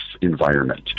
environment